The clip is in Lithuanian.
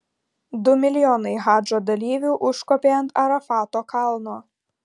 du milijonai hadžo dalyvių užkopė ant arafato kalno